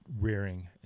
rearing